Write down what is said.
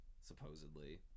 supposedly